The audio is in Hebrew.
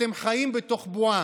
אתם חיים בתוך בועה,